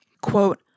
Quote